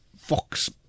fox